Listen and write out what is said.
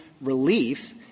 relief